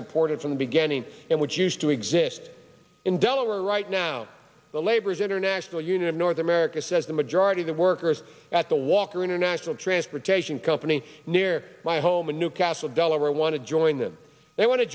supported from the beginning and which used to exist in delaware right now the laborers international unit of north america says the majority of the workers at the walker international transportation company near my home in new castle delaware want to join them they w